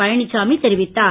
பழனிசாமி தெரிவித்தார்